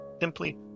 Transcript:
simply